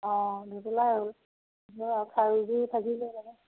অঁ দুতোলাই হ'ল আৰু খাৰুযোৰ থাকিলেই লগত